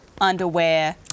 underwear